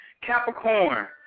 Capricorn